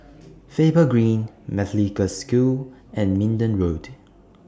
Faber Green Methodist Girls' School and Minden Road